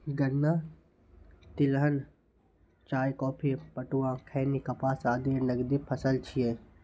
गन्ना, तिलहन, चाय, कॉफी, पटुआ, खैनी, कपास आदि नकदी फसल छियै